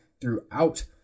throughout